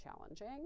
challenging